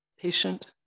patient